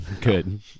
Good